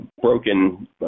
broken